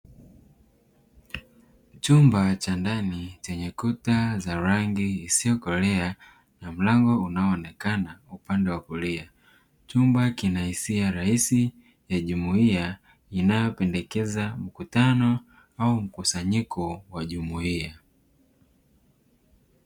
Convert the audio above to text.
Chumba cha ndani chenye kuta za rangi isiyokolea na mlango unaoonekana upande wa kulia chumba kina hisia rahisi ya jumuiya inayopendekeza mkutano au mkusanyiko wa jumuiya.